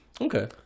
Okay